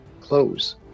Close